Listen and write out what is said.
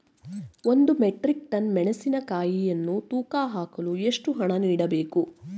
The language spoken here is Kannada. ಒಂದು ಮೆಟ್ರಿಕ್ ಟನ್ ಮೆಣಸಿನಕಾಯಿಯನ್ನು ತೂಕ ಹಾಕಲು ಎಷ್ಟು ಹಣ ನೀಡಬೇಕು?